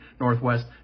Northwest